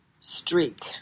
streak